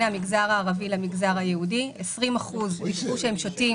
המגזר הערבי למגזר היהודי במגזר הערבי 20% דיווחו שהם שותים